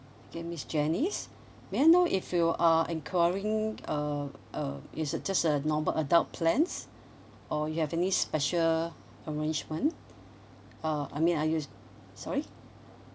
okay miss janice may I know if you are enquiring uh uh it's a just a normal adult plan or you have any special arrangement uh I mean are you sorry